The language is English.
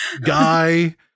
guy